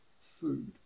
food